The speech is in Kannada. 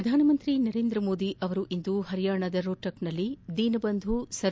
ಶ್ರಧಾನಮಂತ್ರಿ ನರೇಂದ್ರಮೋದಿ ಅವರಿಂದು ಪರಿಯಾಣದ ರೋಹ್ಸಕ್ನಲ್ಲಿ ದೀನಬಂಧು ಸರ್